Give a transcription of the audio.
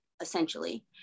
essentially